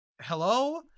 Hello